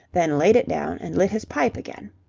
then laid it down and lit his pipe again.